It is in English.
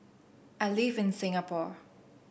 I live in Singapore